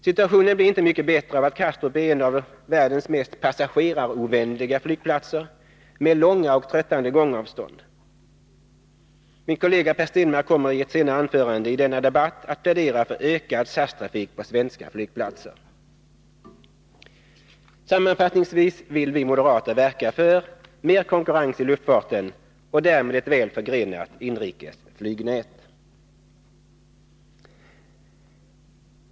Situationen blir inte mycket bättre av att Kastrup är en av världens mest passagerarovänliga flygplatser med långa och tröttande gångavstånd. Min kollega Per Stenmarck kommeri ett senare anförande i denna debatt att plädera för ökad SAS-trafik på svenska flygplatser. Sammanfattningsvis vill vi moderater verka för mer konkurrens i luftfarten och därmed för ett väl förgrenat inrikes flygnät.